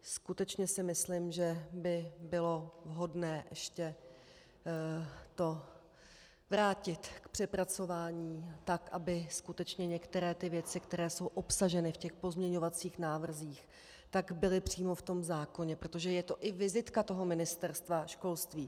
Skutečně si myslím, že by bylo vhodné ještě to vrátit k přepracování, tak aby skutečně některé ty věci, které jsou obsaženy v pozměňovacích návrzích, byly přímo v tom zákoně, protože je to i vizitka Ministerstva školství.